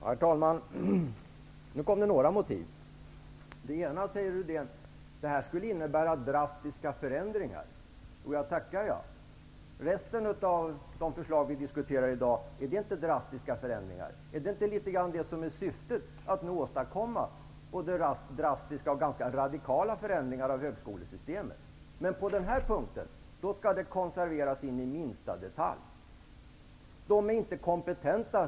Herr talman! Nu fick jag några motiv. Rune Rydén säger att detta skulle innebära drastiska förändringar. Jo, jag tackar jag. Innebär inte resten av de förslag som vi diskuterar i dag drastiska förändringar? Är det inte det som är syftet, att åstadkomma drastiska och ganska radikala förändringar av högskolesystemet? Men på den här punkten skall det konserveras in i minsta detalj. Rune Rydén säger att forskarna inte är kompetenta.